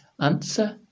Answer